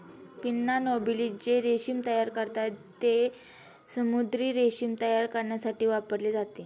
pinna नोबिलिस जे रेशीम तयार करतात, ते समुद्री रेशीम तयार करण्यासाठी वापरले जाते